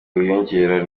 wiyongera